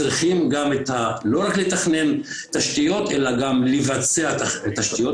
כך שצריך להוריד את כל השטחים האלה מהחישוב שבאמת מביא להטעיית כל